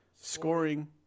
Scoring